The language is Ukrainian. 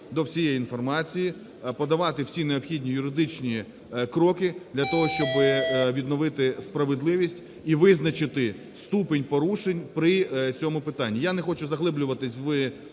до всієї інформації, подавати всі необхідні юридичні кроки для того, щоб відновити справедливість і визначити ступінь порушень при цьому питанню. Я не хочу заглиблюватися